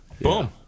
Boom